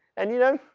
and you know,